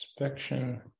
inspection